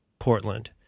portland